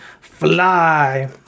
fly